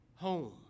home